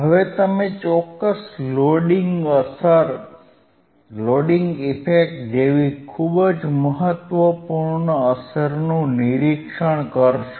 હવે તમે ચોક્કસ સમયે લોડિંગ અસર જેવી ખૂબ જ મહત્વપૂર્ણ અસરનું નિરીક્ષણ કરશો